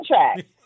contract